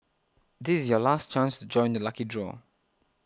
this is your last chance to join the lucky draw